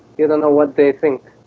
you don't know what they think?